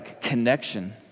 connection